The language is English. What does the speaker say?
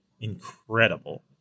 incredible